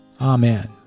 Amen